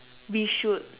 we should